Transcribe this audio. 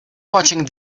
watching